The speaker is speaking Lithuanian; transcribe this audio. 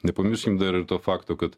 nepamirškim dar ir to fakto kad